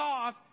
off